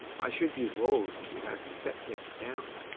i should be loath to have to set things down,